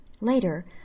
Later